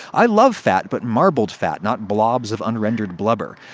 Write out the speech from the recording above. i love fat, but marbled fat, not blobs of unrendered blubber.